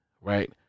right